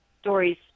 stories